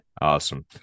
Awesome